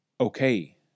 okay